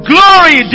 Glory